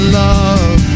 love